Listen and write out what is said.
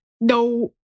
No